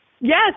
Yes